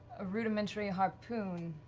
a rudimentary harpoon,